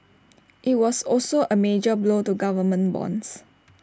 IT was also A major blow to government bonds